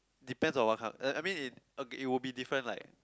depends on what kind uh I mean it okay it would be different like